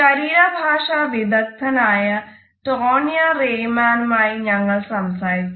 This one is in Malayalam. ശരീരഭാഷ വിദഗ്ധൻ ആയ ടോണിയ റൈമാനുമായി ഞങ്ങൾ സംസാരിച്ചു